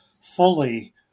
fully